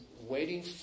waiting